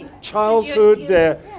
childhood